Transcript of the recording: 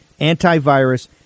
antivirus